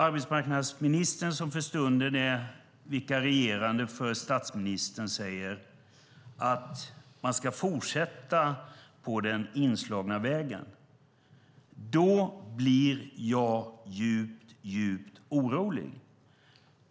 Arbetsmarknadsministern, som för stunden är vikarierande för statsministern, säger att man ska fortsätta på den inslagna vägen. Då blir jag djupt orolig.